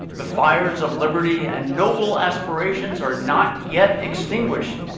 the fires of liberty and noble aspirations are not yet extinguished.